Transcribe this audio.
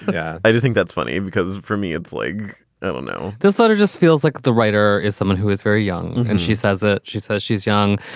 yeah, i do think that's funny because for me it's lig oh no, this letter just feels like the writer is someone who is very young and she says it. ah she says she's young.